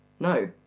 No